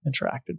interacted